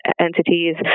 entities